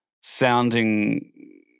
sounding